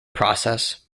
process